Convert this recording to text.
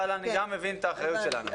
אבל אני גם מבין את האחריות שלנו.